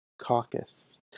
Caucus